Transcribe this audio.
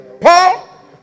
Paul